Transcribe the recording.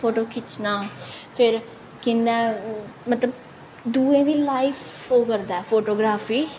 photo खिच्चना फिर किन्ना मतलब दूएं दी लाइफ ओह् करदा ऐ फोटोग्राफी